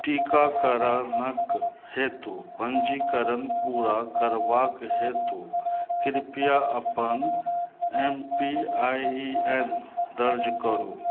टीकाकरणक हेतु पंजीकरण पूरा करबाक हेतु कृपया अपन एम पी आइ एन दर्ज करू